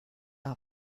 air